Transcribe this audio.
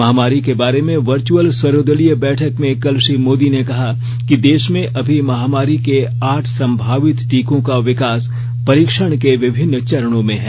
महामारी के बारे में वर्चुअल सर्वदलीय बैठक में कल श्री मोदी ने कहा कि देश में अभी महामारी के आठ संभावित टीकों का विकास परीक्षण के विभिन्न चरणों में है